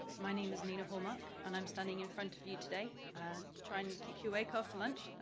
my name is nina hallmark, and um standing in front of you today to try and keep you awake after lunch.